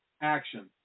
action